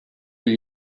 gli